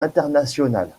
internationales